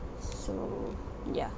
so yeah